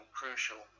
crucial